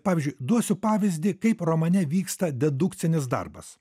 pavyzdžiui duosiu pavyzdį kaip romane vyksta dedukcinis darbas